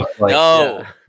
No